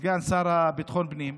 סגן השר לביטחון פנים,